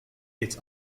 its